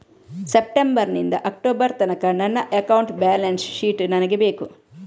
September ನಿಂದ October ತನಕ ನನ್ನ ಅಕೌಂಟ್ ಬ್ಯಾಲೆನ್ಸ್ ಶೀಟ್ ನನಗೆ ಬೇಕು